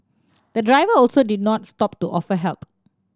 the driver also did not stop to offer help